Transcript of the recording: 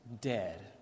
dead